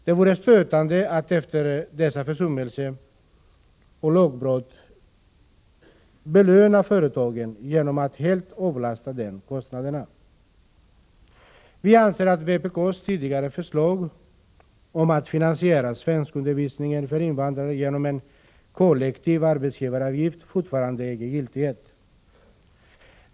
Det vore stötande, efter dessa försummelser och lagbrott, att belöna företagen genom att helt avlasta dem kostnaden. Vi anser att vpk:s tidigare förslag om att finansiera svenskundervisningen för invandrare genom en kollektiv arbetsgivaravgift fortfarande äger giltighet.